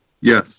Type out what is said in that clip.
Yes